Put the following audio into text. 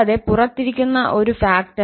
കൂടാതെ പുറത്ത് ഇരിക്കുന്ന ഒരു ഘടകം 4𝑛𝜋 ഉണ്ട്